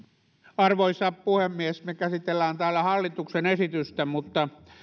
arvoisa puhemies me käsittelemme täällä hallituksen esitystä mutta